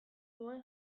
duen